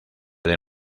del